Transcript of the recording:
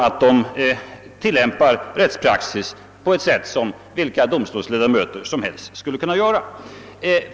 att de tillämpar rättspraxis på ett sätt som vilka domstolsledamöter som helst skulle göra.